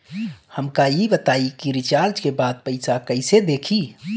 हमका ई बताई कि रिचार्ज के बाद पइसा कईसे देखी?